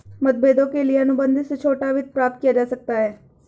मतभेदों के लिए अनुबंध से छोटा वित्त प्राप्त किया जा सकता है